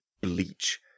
bleach